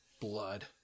blood